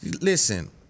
Listen